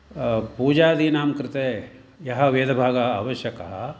पूजादीनां कृते यः वेदभागः आवश्यकः